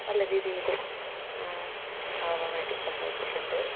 നല്ല രീതിയിൽ ആവാൻ വേണ്ടി സഹായിച്ചിട്ടുണ്ട്